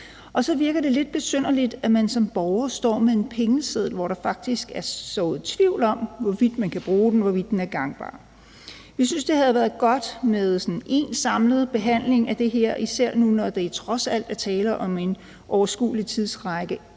og så virker det lidt besynderligt, at man som borger står med en pengeseddel, hvor der faktisk er blevet sået tvivl om, hvorvidt man kan bruge den, hvorvidt den er gangbar. Vi synes, det havde været godt med sådan én samlet behandling af det her, især nu, hvor der trods alt er tale om en overskuelig tidsperiode,